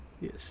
Yes